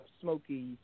smoky